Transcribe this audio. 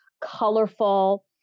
colorful